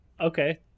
Okay